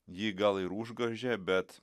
ji gal ir užgožė bet